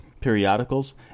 periodicals